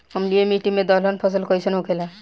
अम्लीय मिट्टी मे दलहन फसल कइसन होखेला?